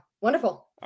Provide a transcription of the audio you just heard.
Wonderful